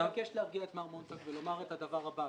אני מבקש להרגיע את מר מונטג ולומר את הדבר הבא.